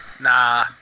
Nah